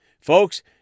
Folks